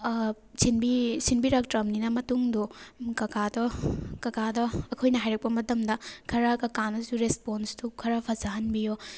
ꯁꯤꯟꯕꯤ ꯁꯤꯟꯕꯤꯔꯛꯇ꯭ꯔꯕꯅꯤꯅ ꯃꯇꯨꯡꯗꯨ ꯎꯝ ꯀꯀꯥꯗꯣ ꯀꯀꯥꯗꯣ ꯑꯩꯈꯣꯏꯅ ꯍꯥꯏꯔꯛꯄ ꯃꯇꯝꯗ ꯈꯔ ꯀꯀꯥꯅꯁꯨ ꯔꯦꯁꯄꯣꯟꯁꯇꯨ ꯈꯔ ꯐꯖꯍꯟꯕꯤꯌꯣ